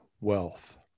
wealth